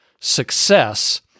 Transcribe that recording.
success